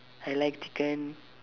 I like chicken